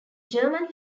german